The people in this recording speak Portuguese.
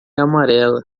amarela